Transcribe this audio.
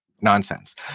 nonsense